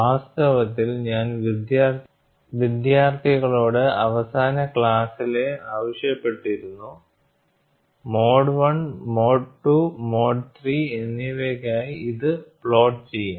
വാസ്തവത്തിൽ ഞാൻ വിദ്യാർത്ഥികളോട് അവസാന ക്ലാസ്സിലെ ആവശ്യപ്പെട്ടിരുന്നു mode I mode II mode III എന്നിവയ്ക്കായി ഇത് പ്ലോട്ട് ചെയ്യാൻ